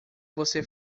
você